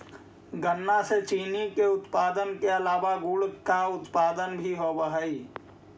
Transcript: गन्ना से चीनी के उत्पादन के अलावा गुड़ का उत्पादन भी होवअ हई